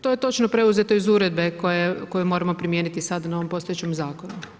To je točno preuzeto iz uredbe koju moramo primijeniti sad na ovom postojećem zakonu.